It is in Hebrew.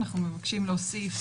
אנחנו מבקשים להוסיף